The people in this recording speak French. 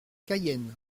cayenne